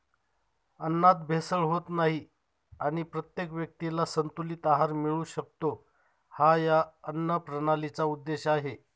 अन्नात भेसळ होत नाही आणि प्रत्येक व्यक्तीला संतुलित आहार मिळू शकतो, हा या अन्नप्रणालीचा उद्देश आहे